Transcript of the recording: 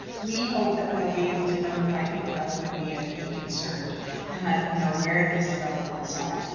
we hope that we'll be able to notify people that would be ah be concerned and let them know where these developments are.